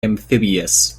amphibious